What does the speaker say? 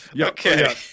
Okay